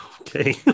Okay